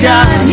God